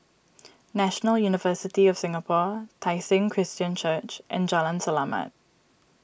National University of Singapore Tai Seng Christian Church and Jalan Selamat